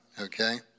okay